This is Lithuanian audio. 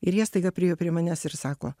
ir jie staiga priėjo prie manęs ir sako